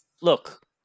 Look